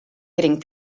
getting